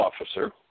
officer